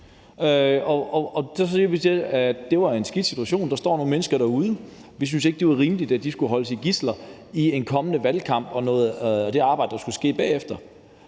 Så sagde vi så, at det var en skidt situation, at der står nogle mennesker derude, og at vi ikke syntes, at det var rimeligt, at de skulle holdes som gidsler i en kommende valgkamp og noget af det arbejde, der skal ske bagefter.